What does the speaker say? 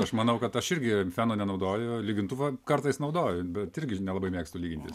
aš manau kad aš irgi feno nenaudoju lygintuvą kartais naudoju bet irgi nelabai mėgstu lygintis